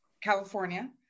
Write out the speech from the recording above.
california